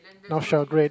north shell grid